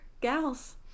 gals